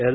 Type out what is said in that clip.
L